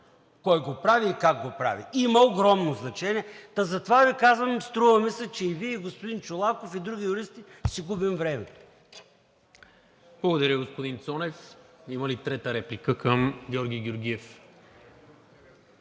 кой го прави и как го прави? Има огромно значение. Та затова Ви казвам – струва ми се, че и Вие, и господин Чолаков, и други юристи си губим времето. ПРЕДСЕДАТЕЛ НИКОЛА МИНЧЕВ: Благодаря, господин Цонев. Има ли трета реплика към Георги Георгиев?